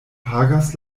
pagas